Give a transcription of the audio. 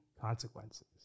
consequences